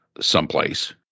someplace